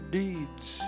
deeds